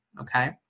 okay